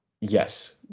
Yes